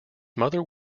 mother